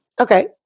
okay